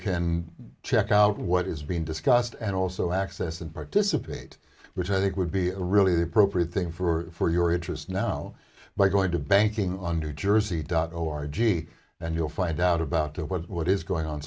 can check out what is being discussed and also access and participate which i think would be a really appropriate thing for your interest now by going to banking on new jersey dot o r g and you'll find out about what is going on